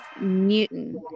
Newton